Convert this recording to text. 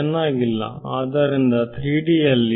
ಚೆನ್ನಾಗಿಲ್ಲ ಆದ್ದರಿಂದ 3D ಯಲ್ಲಿ